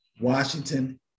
Washington